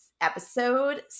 Episode